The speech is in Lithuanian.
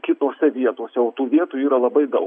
kitose vietose o tų vietų yra labai daug